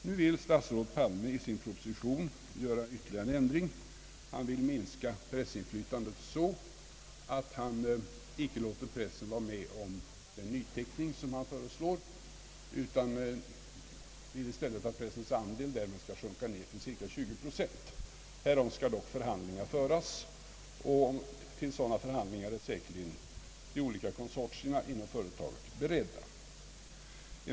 Nu vill statsrådet Palme göra ytterligare en ändring. Han vill minska pressinflytandet på så sätt att han icke låter pressen vara med om den nyteckning som han föreslår. Han vill i stället att pressens andel skall sjunka till 20 procent. Härom skall dock förhandlingar föras, och till sådana förhandlingar är säkerligen de olika parterna inom företaget beredda.